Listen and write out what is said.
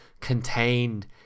contained